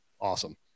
awesome